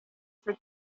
for